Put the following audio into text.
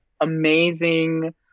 amazing